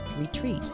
Retreat